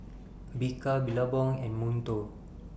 Bika Billabong and Monto